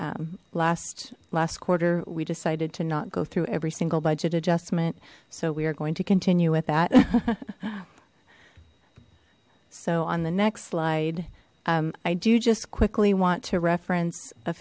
last last quarter we decided to not go through every single budget adjustment so we are going to continue with that so on the next slide i do just quickly want to reference a